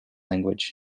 language